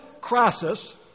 Crassus